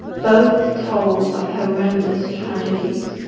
both told of horrendous tragedies,